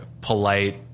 polite